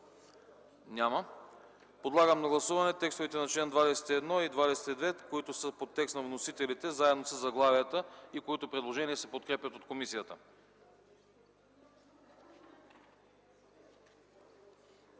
Няма. Подлагам на гласуване текстовете на чл. 21 и 22, които са по текст на вносителите заедно със заглавията и се подкрепят от комисията.